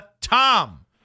Tom